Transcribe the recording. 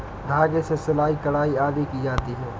धागे से सिलाई, कढ़ाई आदि की जाती है